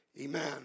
amen